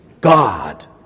God